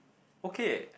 okay